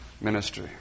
ministry